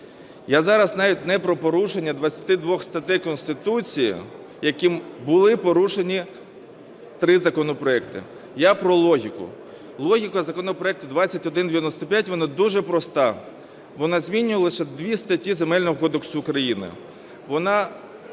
Я зараз навіть не про порушення 22 статей Конституції, якими були порушені три законопроекти. Я про логіку. Логіка законопроекту 2195 вона дуже проста, вона змінює лише дві статті Земельного кодексу України.